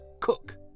cook